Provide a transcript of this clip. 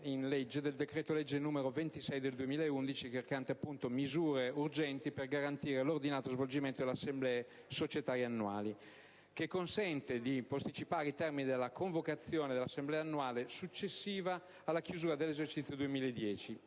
in legge del decreto-legge 25 marzo 2011, n. 26, recante misure urgenti per garantire l'ordinato svolgimento delle assemblee societarie annuali, e consente di posticipare i termini della convocazione dell'assemblea annuale successiva alla chiusura dell'esercizio 2010